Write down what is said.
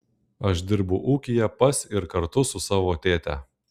aš dirbu ūkyje pas ir kartu su savo tėte